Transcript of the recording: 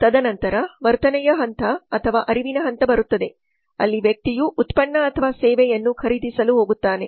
ತದನಂತರ ವರ್ತನೆಯ ಹಂತ ಅಥವಾ ಅರಿವಿನ ಹಂತ ಬರುತ್ತದೆ ಅಲ್ಲಿ ವ್ಯಕ್ತಿಯು ಉತ್ಪನ್ನ ಅಥವಾ ಸೇವೆಯನ್ನು ಖರೀದಿಸಲು ಹೋಗುತ್ತಾನೆ